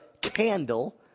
candle